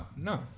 no